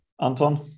Anton